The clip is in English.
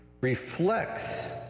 reflects